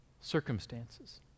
circumstances